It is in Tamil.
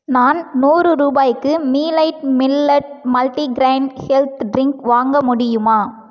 நான் நூறு ரூபாய்க்கு மீலைட் மில்லட் மல்டிகிரைன் ஹெல்த் ட்ரிங்க் வாங்க முடியுமா